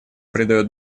придает